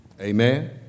Amen